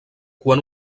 quan